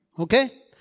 Okay